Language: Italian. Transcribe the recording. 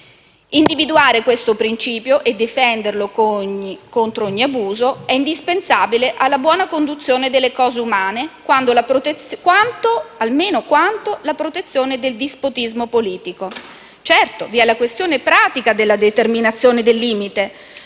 Individuare questo principio e difenderlo contro ogni abuso è indispensabile alla buona conduzione delle cose umane, almeno quanto la protezione dal dispotismo politico. Certo, vi è la questione pratica della determinazione del limite,